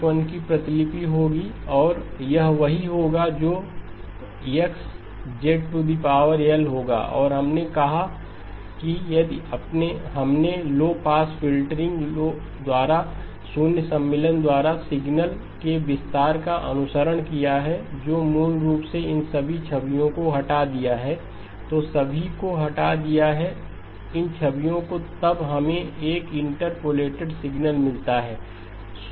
यह L−1 की प्रतिलिपि होगी और यह वही होगा जो X होगा और हमने कहा कि यदि हमने लो पास फ़िल्टरिंग द्वारा शून्य सम्मिलन द्वारा सिग्नल के विस्तार का अनुसरण किया है जो मूल रूप से इन सभी छवियों को हटा दिया है तो सभी को हटा दिया है इन छवियों को तब हमें एक इंटरपोलेटेड सिग्नल मिलता है